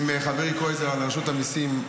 -- עם חברי קרויזר, על רשות המיסים,